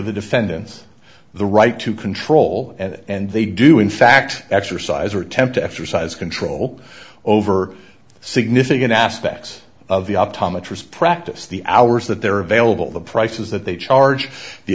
the defendants the right to control and they do in fact exercise or attempt to exercise control over significant aspects of the optometrist practice the hours that they're available the prices that they charge the